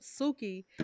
Suki